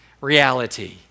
reality